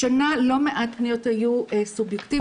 השנה לא מעט פניות היו סובייקטיביות,